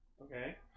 Okay